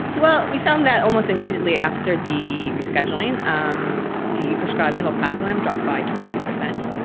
well, we found that almost immediately after the rescheduling um the prescribing of alprazolam dropped by twenty two percent.